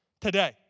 today